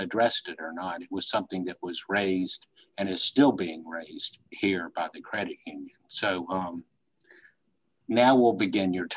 addressed or not it was something that was raised and is still being raised here the credit so now will begin your